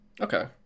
okay